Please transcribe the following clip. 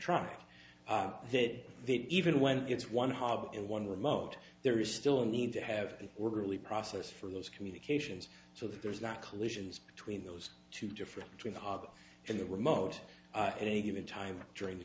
truck that even when it's one hob in one remote there is still a need to have an orderly process for those communications so there's not collisions between those two different between the hog and the remote at any given time during the